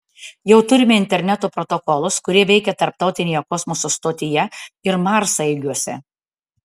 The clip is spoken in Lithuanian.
jau turime interneto protokolus kurie veikia tarptautinėje kosmoso stotyje ir marsaeigiuose